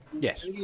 Yes